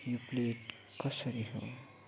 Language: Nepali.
यो प्लेट कसरी हो